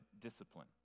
discipline